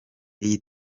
iyi